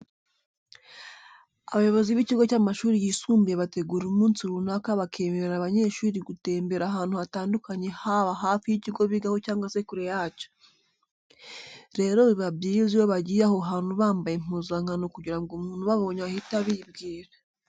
Abayobozi b'ikigo cy'amashuri yisumbuye bategura umunsi runaka bakemerera abanyeshuri gutembera ahantu hatandukanye haba hafi y'ikigo bigaho cyangwa se kure yacyo. Rero biba byiza iyo bagiye aho hantu bambaye impuzankano kugira ngo umuntu ubabonye ahite abibwira.